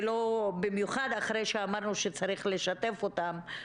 במיוחד אחרי שאמרנו שצריך לשתף אותם.